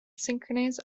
synchronize